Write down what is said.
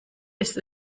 ist